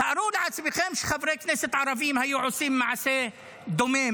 תארו לעצמכם שחברי כנסת ערבים היו עושים מעשה דומה,